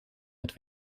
het